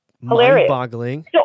mind-boggling